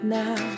now